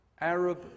Arab